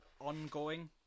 ongoing